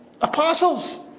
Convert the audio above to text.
apostles